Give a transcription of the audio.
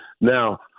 Now